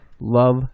Love